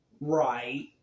Right